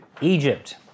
Egypt